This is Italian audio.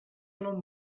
non